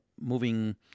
moving